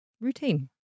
routine